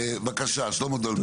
בבקשה, שלמה דולברג.